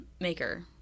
maker